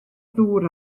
ddŵr